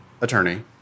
attorney